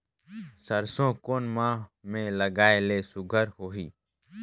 सरसो कोन माह मे लगाय ले सुघ्घर होही?